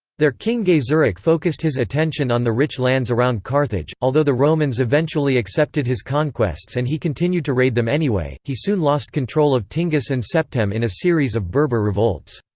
their king gaiseric focused his attention on the rich lands around carthage although the romans eventually accepted his conquests and he continued to raid them anyway, he soon lost control of tingis and septem in a series of berber revolts.